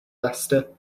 leicester